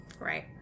Right